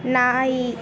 ನಾಯಿ